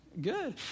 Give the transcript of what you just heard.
good